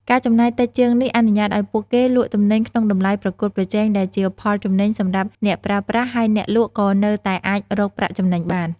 ការចំណាយតិចជាងនេះអនុញ្ញាតឲ្យពួកគេលក់ទំនិញក្នុងតម្លៃប្រកួតប្រជែង ដែលជាផលចំណេញសម្រាប់អ្នកប្រើប្រាស់ ហើយអ្នកលក់ក៏នៅតែអាចរកប្រាក់ចំណេញបាន។